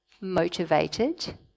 motivated